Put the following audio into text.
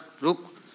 Look